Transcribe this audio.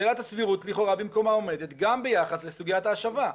שאלת הסבירות לכאורה במקומה עומדת גם ביחס לסוגיית ההשבה.